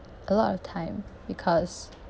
a lot of time because